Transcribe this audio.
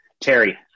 Terry